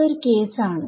അത് ഒരു കേസ് ആണ്